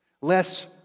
Less